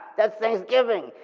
that's thanksgiving,